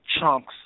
chunks